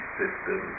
system